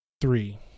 Three